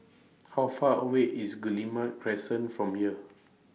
How Far away IS Guillemard Crescent from here